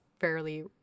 fairly